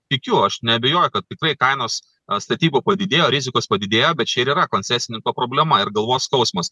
tikiu aš neabejoju kad tikrai kainos statybų padidėjo rizikos padidėjo bet čia ir yra koncesininko problema ir galvos skausmas